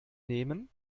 nehmen